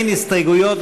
אין הסתייגויות,